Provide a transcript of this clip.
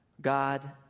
God